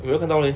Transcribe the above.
我没有看到 leh